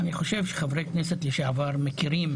אני חושב שחברי כנסת לשעבר מכירים